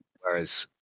whereas